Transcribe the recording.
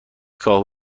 کاهو